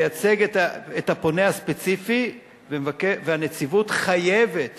לייצג את הפונה הספציפי, והנציבות חייבת